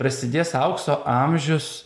prasidės aukso amžius